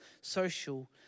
social